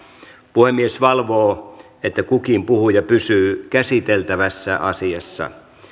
puhemies valvoo että kukin puhuja pysyy käsiteltävässä asiassa